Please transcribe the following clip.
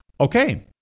Okay